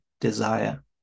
desire